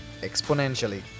exponentially